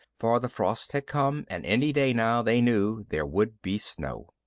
for the frost had come and any day now, they knew, there would be snow.